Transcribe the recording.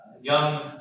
young